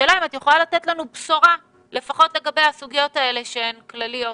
השאלה היא האם את יכולה לתת לנו בשורה לפחות לגבי הסוגיות שהן כלליות.